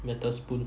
metal spoon